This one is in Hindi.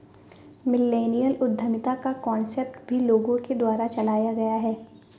मिल्लेनियल उद्यमिता का कान्सेप्ट भी लोगों के द्वारा चलाया गया है